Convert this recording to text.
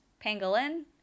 Pangolin